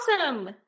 awesome